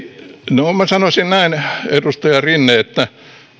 no minä sanoisin näin edustaja rinne että